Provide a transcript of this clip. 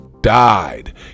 died